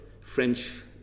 French